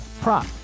prop